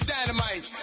Dynamite